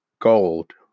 gold